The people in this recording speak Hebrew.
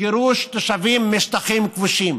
גירוש תושבים משטחים כבושים.